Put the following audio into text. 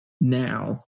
now